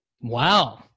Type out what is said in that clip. Wow